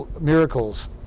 miracles